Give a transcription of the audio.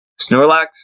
Snorlax